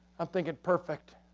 i'm thinking, perfect.